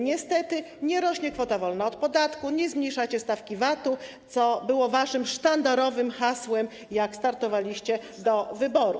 Niestety nie rośnie kwota wolna od podatku, nie zmniejszacie stawki VAT-u, co było waszym sztandarowym hasłem, jak startowaliście w wyborach.